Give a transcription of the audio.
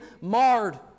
marred